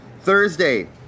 Thursday